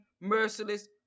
merciless